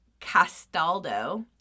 Castaldo